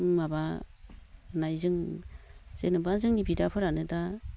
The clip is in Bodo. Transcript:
माबानायजों जेनेबा जोंनि बिदाफोरानो दा